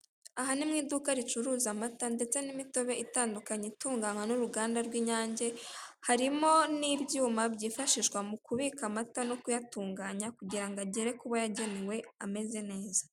Aha ni mu iduka ricuruza amata ndetse n'imitobe itandukanye itunganywa n'uruganda rw'Inyange, harimo n'ibyuma byifashishwa mu kubika amata no kuyatunganya kugira agere ku bo yagenewe ameze neza.